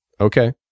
Okay